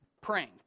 praying